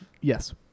Yes